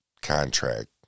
contract